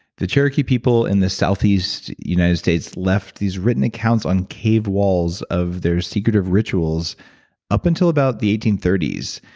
the cherokee people in the southeast united states left these written accounts on cave walls of their secretive rituals up until about the eighteen thirty s.